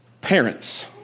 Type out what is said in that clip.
Parents